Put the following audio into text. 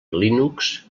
linux